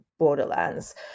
Borderlands